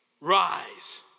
Rise